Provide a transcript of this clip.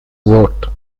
vote